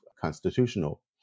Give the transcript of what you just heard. constitutional